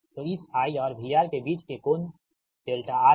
तो इस I और VR के बीच के कोण δR है